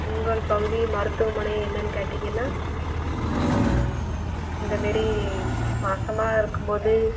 உங்கள் பகுதி மருத்துவமனை என்னென்னு கேட்டிங்கன்னா இ இந்தமாரி மாசமாக இருக்கும் போது